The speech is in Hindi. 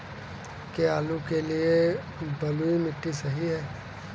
क्या आलू के लिए बलुई मिट्टी सही है?